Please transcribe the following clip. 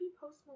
Post